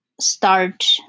start